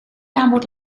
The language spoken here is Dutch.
aanbod